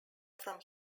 from